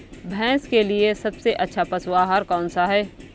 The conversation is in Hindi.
भैंस के लिए सबसे अच्छा पशु आहार कौन सा है?